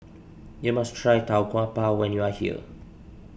you must try Tau Kwa Pau when you are here